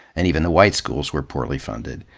and even the white schools were poorly funded,